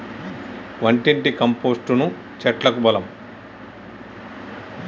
వంటింటి కంపోస్టును చెట్లకు బలం